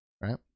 right